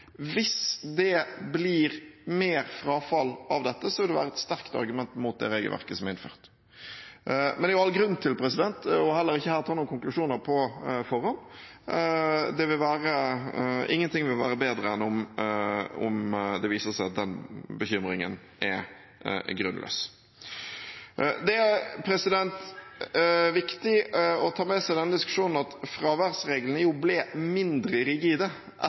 Hvis det blir mer frafall av dette, vil det være et sterkt argument mot det regelverket som er innført. Men det er all grunn til heller ikke her å trekke noen konklusjoner på forhånd. Ingenting vil være bedre enn om det viser seg at den bekymringen er grunnløs. Det er viktig å ta med seg i denne diskusjonen at fraværsreglene ble mindre rigide